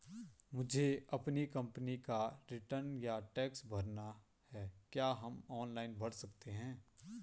मुझे अपनी कंपनी का रिटर्न या टैक्स भरना है क्या हम ऑनलाइन भर सकते हैं?